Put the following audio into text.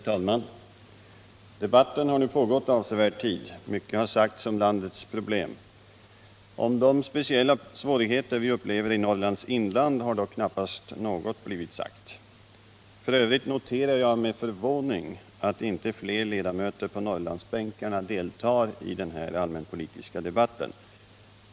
Herr talman! Debatten har nu pågått avsevärd tid. Mycket har sagts om landets problem. Om de speciella svårigheter vi upplever i Norrlands inland har dock knappast något blivit sagt. För övrigt noterar jag med förvåning att inte flera ledamöter på Norrlandsbänkarna deltar i den allmänpolitiska debatten.